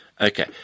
Okay